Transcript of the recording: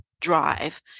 drive